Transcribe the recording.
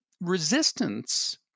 resistance